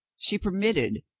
she permitted,